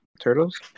Turtles